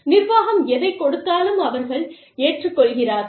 நிர்வாகம் எதைக் கொடுத்தாலும் அவர்கள் ஏற்றுக்கொள்கிறார்கள்